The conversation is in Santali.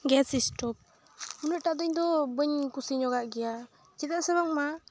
ᱜᱮᱥ ᱥᱴᱳᱵᱷ ᱩᱱᱟᱹᱜᱴᱟ ᱫᱚ ᱤᱧ ᱫᱚ ᱵᱟᱹᱧ ᱠᱩᱥᱤ ᱧᱚᱜ ᱟᱜ ᱜᱮᱭᱟ ᱪᱮᱫᱟᱜ ᱥᱮ ᱵᱟᱝᱢᱟ